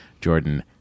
Jordan